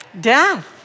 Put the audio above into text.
death